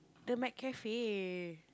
the McCafe